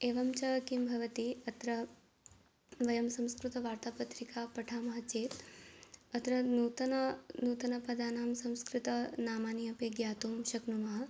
एवं च किं भवति अत्र वयं संस्कृतवार्तापत्रिका पठामः चेत् अत्र नूतन नूतन पदानां संस्कृतनामानि अपि ज्ञातुं शक्नुमः